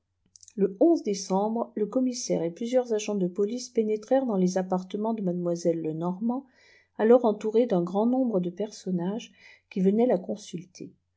le décembre le commissaire et plusieurs agents de police pénétrèrent dans les appartements de madeipoiselle lenormant alors entourée d'un grand nombre de personnages qui yenaient la consulter